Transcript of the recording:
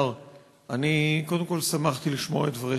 אני קודם כול שמחתי לשמוע את דבריך.